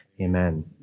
amen